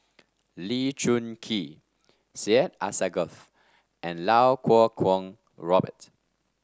Lee Choon Kee Syed Alsagoff and Lau Kuo Kwong Robert